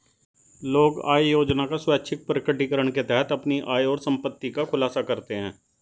लोग आय योजना का स्वैच्छिक प्रकटीकरण के तहत अपनी आय और संपत्ति का खुलासा करते है